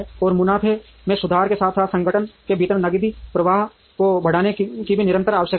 और मुनाफे में सुधार के साथ साथ संगठन के भीतर नकदी प्रवाह को बढ़ाने की भी निरंतर आवश्यकता है